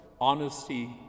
honesty